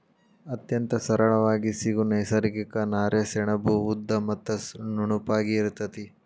ಅತ್ಯಂತ ಸರಳಾಗಿ ಸಿಗು ನೈಸರ್ಗಿಕ ನಾರೇ ಸೆಣಬು ಉದ್ದ ಮತ್ತ ನುಣುಪಾಗಿ ಇರತತಿ